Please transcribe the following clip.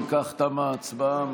אם כך, תמה ההצבעה.